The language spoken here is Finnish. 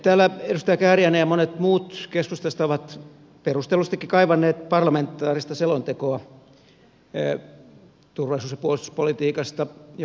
täällä edustaja kääriäinen ja monet muut keskustasta ovat perustellustikin kaivanneet parlamentaarista selontekoa turvallisuus ja puolustuspolitiikasta ja puolustusvoimauudistuksesta